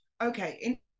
okay